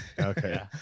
Okay